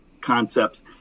concepts